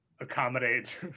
accommodate